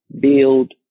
build